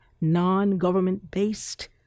non-government-based